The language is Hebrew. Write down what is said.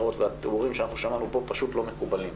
נחשפנו לחוויית הטיפול שחוות מטופלות.